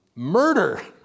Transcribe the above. Murder